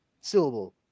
syllable